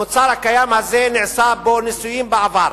המוצר הקיים הזה, נעשו בו ניסויים בעבר.